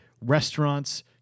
restaurants